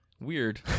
weird